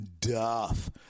Duff